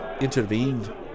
intervened